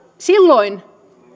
silloin